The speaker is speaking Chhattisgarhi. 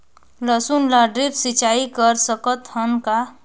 लसुन ल ड्रिप सिंचाई कर सकत हन का?